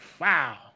Wow